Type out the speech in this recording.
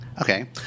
okay